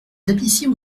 tapissiers